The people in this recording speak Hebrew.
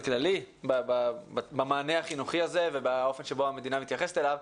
כללי במענה החינוכי הזה ובאופן שבו המדינה מתייחסת אליו,